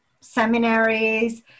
seminaries